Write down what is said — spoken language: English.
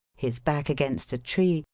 his back against a tree,